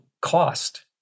cost